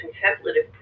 contemplative